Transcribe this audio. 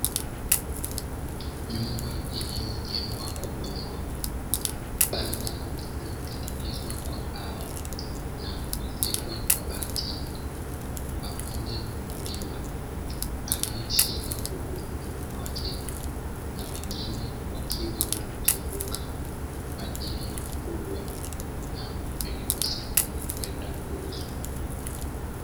Nyumba iliyojengwa kwa udongo, banda lililotengenezwa kwa mbao na kuezekwa kwa bati, pamoja na mkulima aliyeshika kuku mikononi mwake na wengine wakiwa wamemzunguka kwa ajili ya kufugwa na kupelekwa sokoni kwenda kuuzwa.